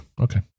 Okay